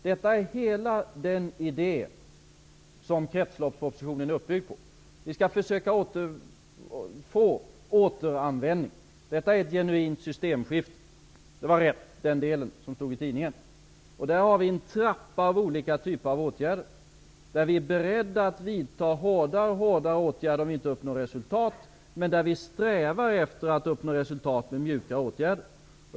Detta är hela den idé som kretslopspropositionen är uppbyggd på. Vi skall återfå återanvändning. Detta är ett genuint systemskifte, så till vida var det rätt i tidningen. Det finns en trappa av olika typer av åtgärder. Vi är beredda att vidta hårdare och hårdare åtgärder om vi inte uppnår resultat. Men vi strävar efter att uppnå resultat med mjuka åtgärder.